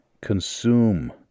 consume